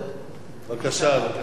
העיקר הבריאות, אחר כך לשמור על הכיסא.